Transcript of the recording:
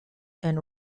and